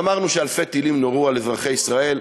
ואמרנו שאלפי טילים נורו על אזרחי מדינת ישראל,